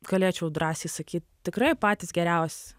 galėčiau drąsiai sakyt tikrai patys geriausi